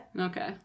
okay